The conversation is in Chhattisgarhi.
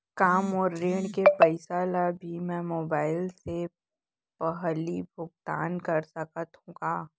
का मोर ऋण के पइसा ल भी मैं मोबाइल से पड़ही भुगतान कर सकत हो का?